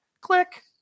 Click